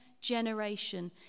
generation